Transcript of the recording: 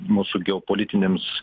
mūsų geopolitinėms